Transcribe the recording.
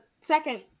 second